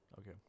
okay